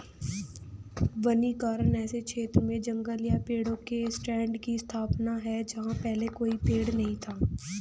वनीकरण ऐसे क्षेत्र में जंगल या पेड़ों के स्टैंड की स्थापना है जहां पहले कोई पेड़ नहीं था